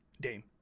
Dame